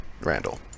Randall